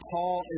Paul